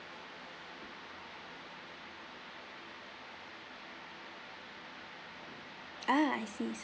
ah I see s~